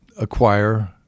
acquire